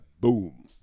boom